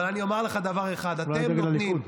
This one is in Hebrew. אבל אני אומר לך דבר אחד: אתם נותנים,